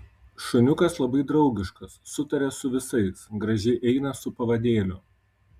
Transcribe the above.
šuniukas labai draugiškas sutaria su visais gražiai eina su pavadėliu